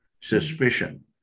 Suspicion